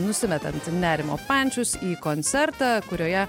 nusimetant nerimo pančius į koncertą kurioje